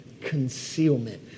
concealment